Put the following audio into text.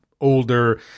older